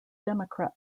democrat